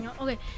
Okay